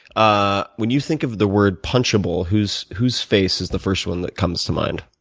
ah when you think of the word punch able whose whose face is the first one that comes to mind?